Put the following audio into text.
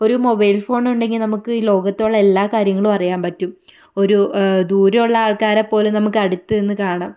ഒരു mobile phone ഉണ്ടെങ്കിൽ നമുക്ക് ലോകത്തുള്ള എല്ലാ കാര്യങ്ങളും അറിയാൻ പറ്റും ഒരു ദൂരമുള്ള ആൾക്കാരെ പോലും നമുക്ക് അടുത്ത് നിന്ന് കാണാം